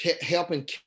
helping